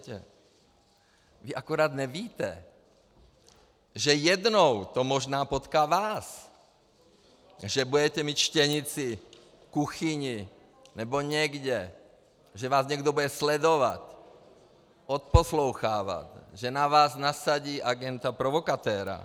Vy akorát nevíte, že jednou to možná potká vás, že budete mít štěnici v kuchyni nebo někde, že vás někdo bude sledovat, odposlouchávat, že na vás nasadí agenta provokatéra.